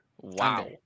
Wow